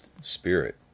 Spirit